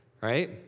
right